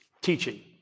teaching